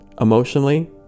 Emotionally